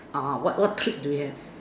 uh what what treat do you have